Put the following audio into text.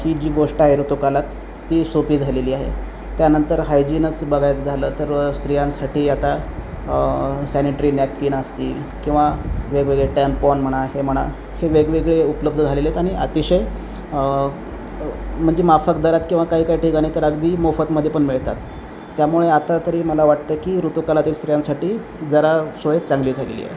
ही जी गोष्ट आहे ऋतूकालात ती सोपी झालेली आहे त्यानंतर हायजीनच बघायचं झालं तर स्त्रियांसाठी आता सॅनिटरी नॅपकिन असतील किंवा वेगवेगळे टॅम्प ऑन म्हणा हे म्हणा हे वेगवेगळे उपलब्ध झालेले आहेत आणि अतिशय म्हणजे माफक दरात किंवा काही काही ठिकाणी तर अगदी मोफतमध्ये पण मिळतात त्यामुळे आता तरी मला वाटतं की ऋतूकालातील स्त्रियांसाठी जरा सोय चांगली झालेली आहे